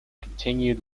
continued